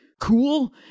cool